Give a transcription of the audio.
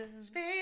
Space